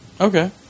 Okay